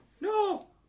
no